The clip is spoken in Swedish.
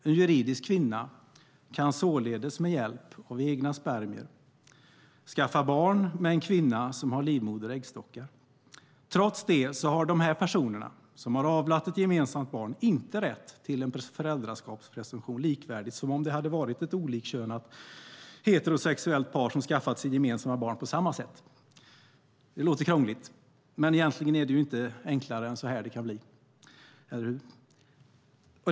En juridisk kvinna kan således med hjälp av egna spermier skaffa barn med en kvinna som har livmoder och äggstockar. Trots det har dessa personer som har avlat ett gemensamt barn inte rätt till en föräldraskapspresumtion likvärdigt med ett olikkönat, heterosexuellt par som skaffat sitt gemensamma barn på samma sätt. Det låter krångligt. Men egentligen blir det inte enklare än så här, eller hur?